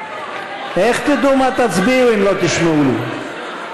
איך תדעו על מה תצביעו אם לא תשמעו לי?